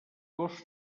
gos